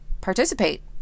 participate